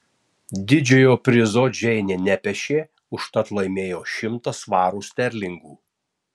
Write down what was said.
didžiojo prizo džeinė nepešė užtat laimėjo šimtą svarų sterlingų